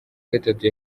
gatatu